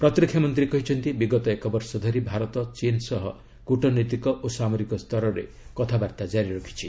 ପ୍ରତିରକ୍ଷାମନ୍ତ୍ରୀ କହିଛନ୍ତି ବିଗତ ଏକବର୍ଷ ଧରି ଭାରତ ଚୀନ ସହ କୁଟନୈତିକ ଓ ସାମରିକ ସ୍ତରରେ କଥାବାର୍ତ୍ତା କାରି ରଖିଛି